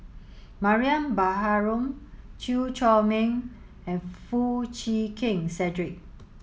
Mariam Baharom Chew Chor Meng and Foo Chee Keng Cedric